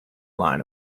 line